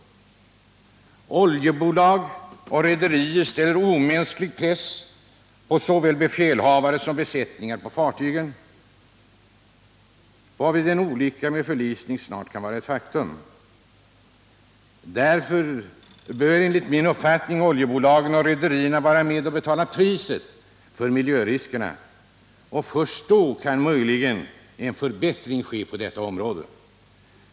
Oljebolag och rederier sätter en omänsklig press på såväl befälhavare som besättningar, varvid en olycka med förlisning snart kan vara ett faktum. Därför bör enligt min uppfattning oljebolagen och rederierna vara med och betala priset för miljöriskerna. Först då kan möjligen en förbättring ske på detta område.